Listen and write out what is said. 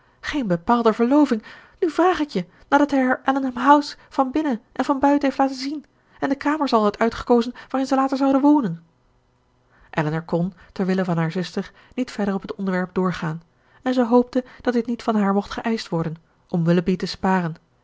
geen bepaalde verloving nu vraag ik je nadat hij haar allenham house van binnen en van buiten heeft laten zien en de kamers al had uitgekozen waarin ze later zouden wonen elinor kon ter wille van haar zuster niet verder op het onderwerp doorgaan en zij hoopte dat dit niet van haar mocht geëischt worden om willoughby te sparen